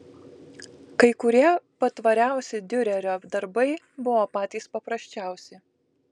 kai kurie patvariausi diurerio darbai buvo patys paprasčiausi